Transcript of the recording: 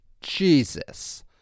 Jesus